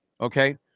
Okay